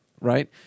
right